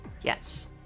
Yes